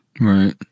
Right